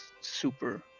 super